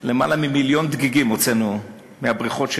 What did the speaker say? למעלה ממיליון דגיגים הוצאנו מהבריכות שלנו,